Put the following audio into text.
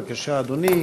בבקשה, אדוני.